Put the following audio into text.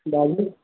बाजू